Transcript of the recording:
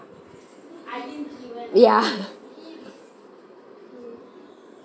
ya